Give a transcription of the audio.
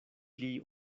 pli